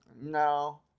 no